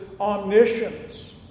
omniscience